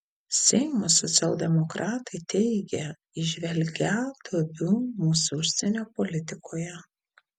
seimo socialdemokratai teigia įžvelgią duobių mūsų užsienio politikoje